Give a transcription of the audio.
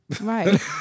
Right